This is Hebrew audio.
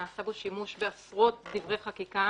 נעשה בו שימוש בעשרות דברי חקיקה,